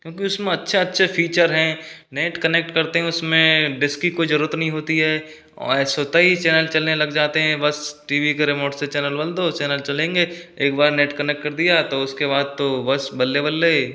क्योंकि उसमें अच्छे अच्छे फीचर हैं नेट कनेक्ट करते हैं उसमें डिश की कोई जरूरत नहीं होती है और कई चैनल चलने लग जाते हैं बस टी वी के रिमोट से चैनल बदल दो चैनल चलेंगे एक बार नेट कनेक्ट कर दिया तो उसके बाद तो बस बल्ले बल्ले